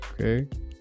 okay